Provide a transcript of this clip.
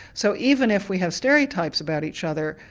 so even if we have stereotypes about each other,